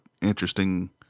interesting